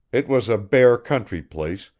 it was a bare country place,